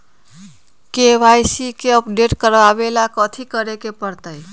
KYC के update करवावेला कथि करें के परतई?